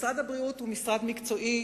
משרד הבריאות הוא משרד מקצועי,